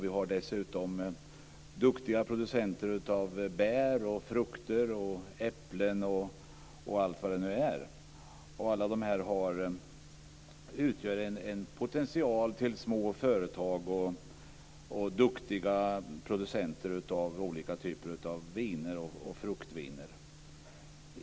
Vi har dessutom duktiga producenter av bär och frukter, bl.a. äpplen, och alla dessa utgör en potential till små företag och duktiga producenter av olika typer av viner, t.ex. fruktviner.